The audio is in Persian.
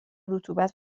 رطوبت